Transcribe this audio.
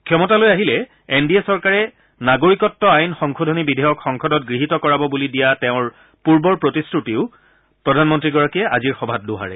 ক্ষমতালৈ আহিলে N D A চৰকাৰে নাগৰিকত্ব আইন সংশোধনী বিধেয়ক সংসদত গৃহীত কৰাব বুলি দিয়া তেওঁৰ পূৰ্বৰ প্ৰতিশ্ৰুতিও প্ৰধানমন্ত্ৰীগৰাকীয়ে আজিৰ সভাত দোহাৰে